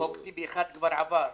חוק טיבי 1 כבר עבר.